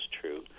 true